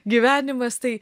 gyvenimas tai